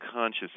Conscious